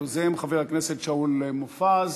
יוזם חבר הכנסת שאול מופז,